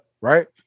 right